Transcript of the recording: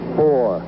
four